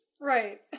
right